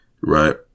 Right